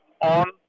on